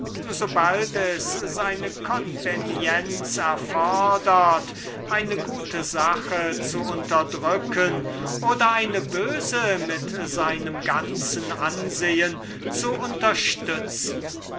bald es seine konvenienz erfordert eine gute sache zu unterdrücken oder eine böse mit seinem ganzen ansehen zu unterstützen